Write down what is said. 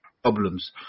Problems